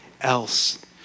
else